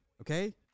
Okay